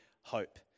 hope